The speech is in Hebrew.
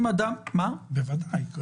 בוודאי.